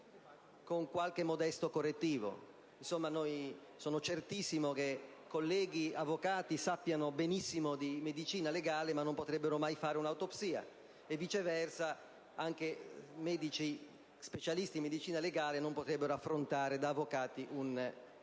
con qualche modesto correttivo. Sono certo che colleghi avvocati sappiano molto di medicina legale, ma non potrebbero mai fare un'autopsia; viceversa, dei medici specialisti in medicina legale non potrebbero affrontare da avvocati un processo.